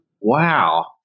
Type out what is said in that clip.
Wow